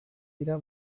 dira